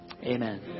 Amen